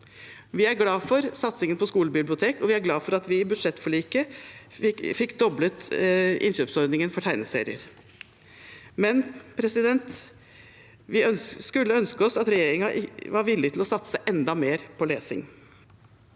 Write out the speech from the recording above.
Vi er glade for satsingen på skolebibliotek, og vi er glade for at vi i budsjettforliket fikk doblet innkjøpsordningen for tegneserier, men vi skulle ønske at regjeringen var villig til å satse enda mer på lesing.